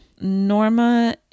norma